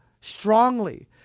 strongly